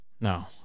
No